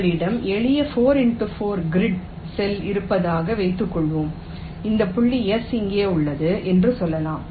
உங்களிடம் எளிய 4 x 4 grid cell இருப்பதாக வைத்துக்கொள்வோம் என் புள்ளி S இங்கே உள்ளது என்று சொல்லலாம்